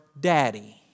daddy